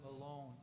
alone